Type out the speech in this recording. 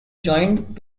joined